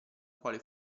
quale